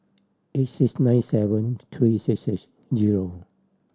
eight six nine seven three six six zero